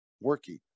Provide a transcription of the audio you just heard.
working